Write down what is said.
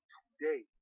today